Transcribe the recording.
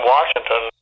Washington